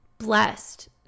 blessed